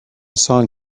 song